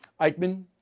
eichmann